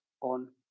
on